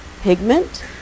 pigment